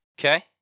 Okay